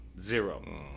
Zero